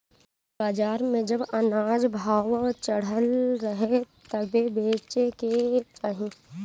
बाजार में जब अनाज भाव चढ़ल रहे तबे बेचे के चाही